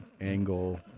Angle